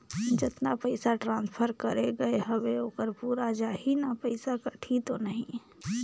जतना पइसा ट्रांसफर करे गये हवे ओकर पूरा जाही न पइसा कटही तो नहीं?